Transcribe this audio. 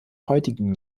heutigen